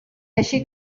així